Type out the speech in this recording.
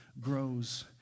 grows